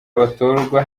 batorwa